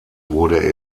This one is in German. wurde